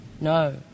no